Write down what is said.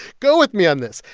go with me on this.